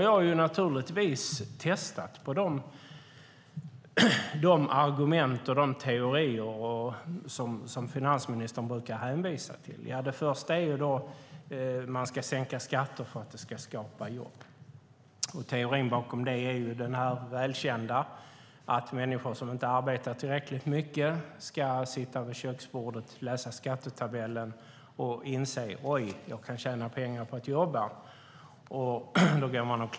Jag har naturligtvis testat de argument och teorier finansministern brukar hänvisa till. Det första är att man ska sänka skatter för att det ska skapa jobb. Teorin bakom det är det välkända att människor som inte arbetar tillräckligt mycket ska sitta vid köksbordet, läsa skattetabellen och inse: Oj, jag kan tjäna pengar på att jobba!